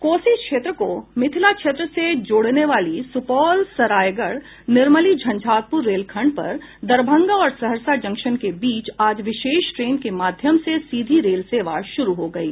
कोसी क्षेत्र को मिथिला क्षेत्र से जोड़ने वाली सुपौल सरायगढ़ निर्मली झंझारपुर रेलखंड पर दरभंगा और सहरसा जंक्शन के बीच आज विशेष ट्रेन के माध्यम से सीधी रेल सेवा शुरू हो गयी